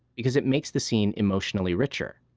because it makes the scene emotionally richer.